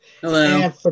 Hello